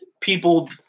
people